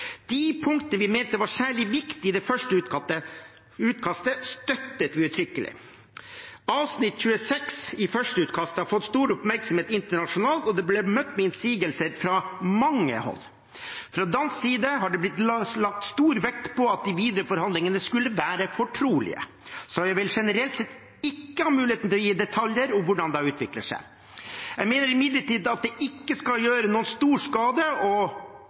De punktene vi mente var særlig viktige i det første utkastet, støttet vi uttrykkelig. Artikkel 26 i førsteutkastet har fått stor oppmerksomhet internasjonalt, og det ble møtt med innsigelser fra mange hold. Fra dansk side ble det lagt stor vekt på at de videre forhandlingene skulle være fortrolige, så jeg vil generelt sett ikke ha mulighet til å gi detaljer om hvordan det har utviklet seg. Jeg mener imidlertid at det ikke kan gjøre noen stor skade